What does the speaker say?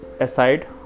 aside